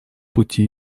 пути